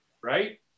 right